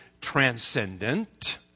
transcendent